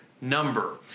number